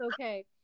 okay